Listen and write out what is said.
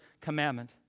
commandment